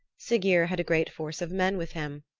siggeir had a great force of men with him,